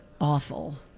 awful